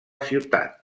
ciutat